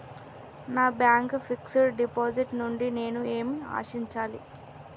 నా bank fixed deposit నుండి నేను ఏమి ఆశించాలి?